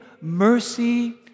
mercy